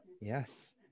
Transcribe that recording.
Yes